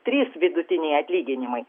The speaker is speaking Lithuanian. trys vidutiniai atlyginimai